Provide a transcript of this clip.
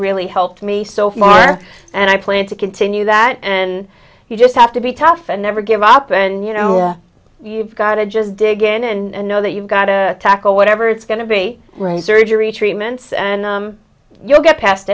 really helped me so far and i plan to continue that and you just have to be tough and never give up and you know you've got to just dig in and know that you've got to tackle whatever it's going to be razor injury treatments and you'll get past